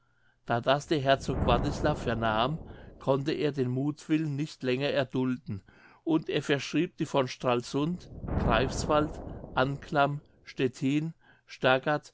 da das der herzog wartislav vernahm konnte er den muthwillen nicht länger erdulden und er verschrieb die von stralsund greifswald anclam stettin